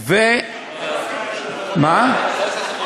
כמה ערבים?